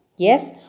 yes